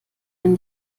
man